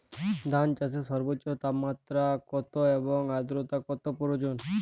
ধান চাষে সর্বোচ্চ তাপমাত্রা কত এবং আর্দ্রতা কত প্রয়োজন?